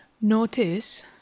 notice